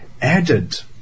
added